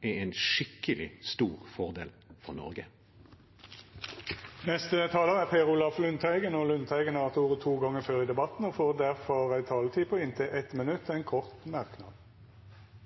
er en skikkelig stor fordel for Norge. Representanten Per Olaf Lundteigen har hatt ordet to gonger tidlegare og får ordet til ein kort merknad, avgrensa til 1 minutt.